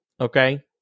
okay